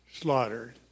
slaughtered